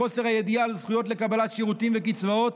חוסר הידיעה על זכויות לקבלת שירותים וקצבאות,